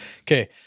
Okay